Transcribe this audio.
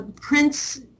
Prince